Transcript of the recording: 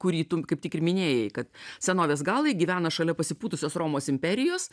kurį tu kaip tik ir minėjai kad senovės galai gyvena šalia pasipūtusios romos imperijos